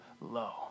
low